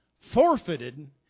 forfeited